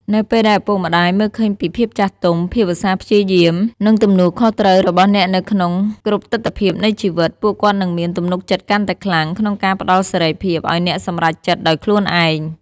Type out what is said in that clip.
នៅពេលដែលឪពុកម្ដាយមើលឃើញពី ភាពចាស់ទុំ ភាពឧស្សាហ៍ព្យាយាម និងទំនួលខុសត្រូវ របស់អ្នកនៅក្នុងគ្រប់ទិដ្ឋភាពនៃជីវិត ពួកគាត់នឹងមាន ទំនុកចិត្តកាន់តែខ្លាំង ក្នុងការផ្ដល់សេរីភាពឲ្យអ្នកសម្រេចចិត្តដោយខ្លួនឯង។